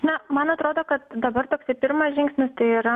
na man atrodo kad dabar toksai pirmas žingsnis tai yra